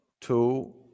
two